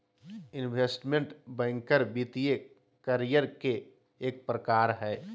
investment banker वित्तीय career के एक प्रकार हय